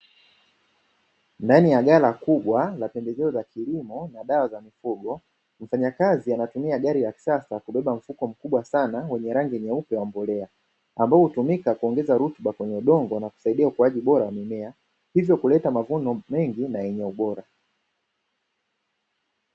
Ndani ya gala kubwa la pembejeo za kilimo na dawa za mifugo, mfanyakazi anatumia gari ya kisasa kubeba mfuko mkubwa sana wenye rangi nyeupe ya mbolea unaotumika kuongeaza rutuba kwenye udongo, na kusaihidia ukuaji wa mimea hivyo kuleta mavuno mengi na yenye ubora.